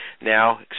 now